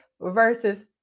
versus